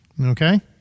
Okay